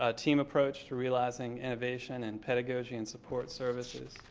ah team approach to realizing innovation and pedagogy and support services.